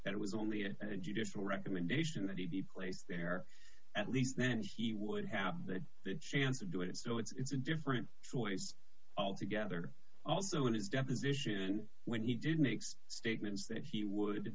at it was only a judicial recommendation that he be placed there at least then he would have the chance to do it so it's a different choice altogether also in his deposition when he did make some statements that he would